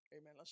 amen